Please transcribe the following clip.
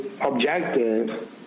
objective